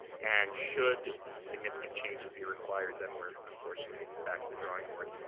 and should significant changes be required then we're unfortunately back to the drawing board.